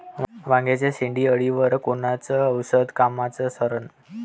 वांग्याच्या शेंडेअळीवर कोनचं औषध कामाचं ठरन?